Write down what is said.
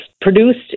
produced